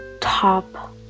top